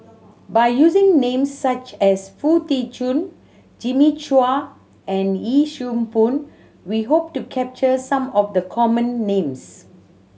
by using names such as Foo Tee Jun Jimmy Chua and Yee Siew Pun we hope to capture some of the common names